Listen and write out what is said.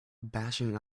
bashing